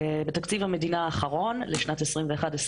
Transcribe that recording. בתקציב המדינה האחרון לשנת 2022-2021